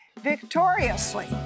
victoriously